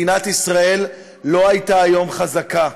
מדינת ישראל לא הייתה היום חזקה,